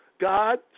God